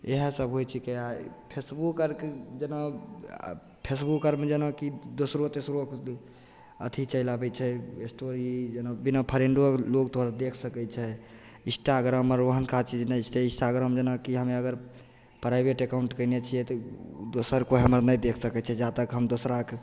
इएहसब होइ छिकै आओर फेसबुक आओरके जेना आब फेसबुक आओरमे जेना कि दोसरो तेसरोके अथी चलि आबै छै एस्टोरी जेना बिना फ्रेण्डो लोक तोहर देखि सकै छै इन्स्टाग्राममे ओहनका चीज नहि छै इन्स्टाग्राम जेना कि हमे अगर प्राइवेट अकाउण्ट कएनै छिए तऽ दोसर कोइ हमर नहि देखि सकै छै जा तक हम दोसराके